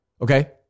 okay